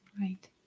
Right